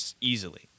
easily